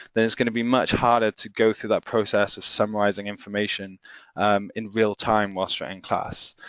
then it's gonna be much harder to go through that process of summarising information um in real time while so in class.